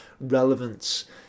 Relevance